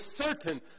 certain